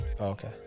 Okay